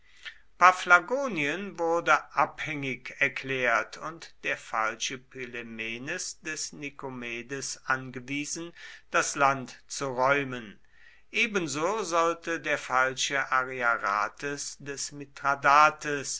paphlagonien wurde abhängig erklärt und der falsche pylämenes des nikomedes angewiesen das land zu räumen ebenso sollte der falsche ariarathes des mithradates